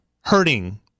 hurting